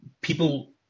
people